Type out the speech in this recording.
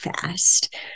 fast